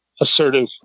assertive